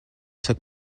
took